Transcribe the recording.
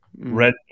red